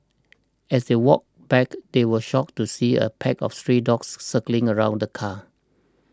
as they walked back they were shocked to see a pack of stray dogs circling around the car